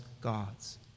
God's